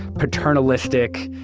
paternalistic,